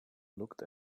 looked